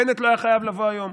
בנט לא היה חייב לבוא היום.